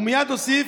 ומייד הוסיף,